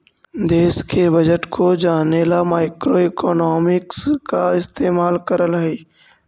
देश के बजट को जने ला मैक्रोइकॉनॉमिक्स का इस्तेमाल करल हई